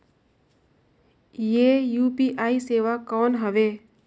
ये यू.पी.आई सेवा कौन हवे?